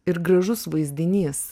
ir gražus vaizdinys